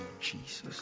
Jesus